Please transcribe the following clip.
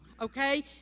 okay